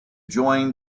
join